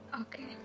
Okay